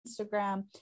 Instagram